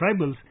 tribals